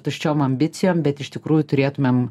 tuščiom ambicijom bet iš tikrųjų turėtumėm